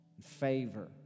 favor